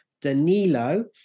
danilo